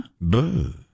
Boo